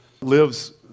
Lives